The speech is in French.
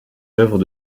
œuvres